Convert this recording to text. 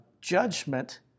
judgment